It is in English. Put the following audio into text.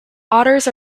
otters